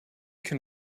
can